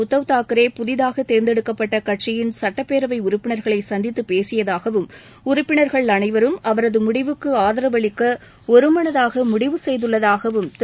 உத்தவ் தாக்கரே புதிதாக தேர்ந்தெடுக்கப்பட்ட கட்சியின் சுட்டப்பேரவை உறுப்பினர்களை சந்தித்துப் பேசியதாகவும் உறுப்பினர்கள் அனைவரும் அவரது முடிவுக்கு ஆதரவளிக்க ஒருமனதாக முடிவு செய்துள்ளதாகவும் திரு